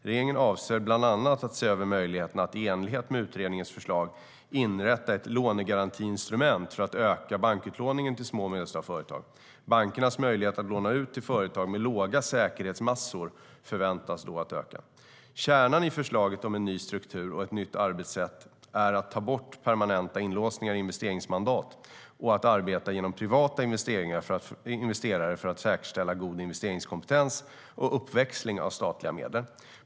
Regeringen avser bland annat att se över möjligheterna att, i enlighet med utredningens förslag, inrätta ett lånegarantiinstrument för att öka bankutlåningen till små och medelstora företag. Bankernas möjligheter att låna ut till företag med låga säkerhetsmassor förväntas då att öka. Kärnan i förslaget om en ny struktur och ett nytt arbetssätt är att ta bort permanenta inlåsningar i investeringsmandat och att arbeta genom privata investerare för att säkerställa god investeringskompetens och uppväxling av statliga medel.